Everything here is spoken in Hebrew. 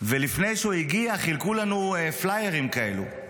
ולפני שהוא הגיע חילקו לנו פליירים כאלה.